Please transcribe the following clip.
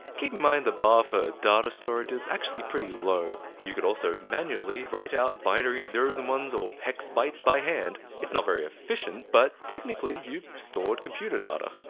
keep in mind the bar for data storage is actually pretty low. you could also manually write out binary zeros and ones or hex bytes by hand. it's not very efficient, but technically you've stored computer data.